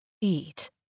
Eat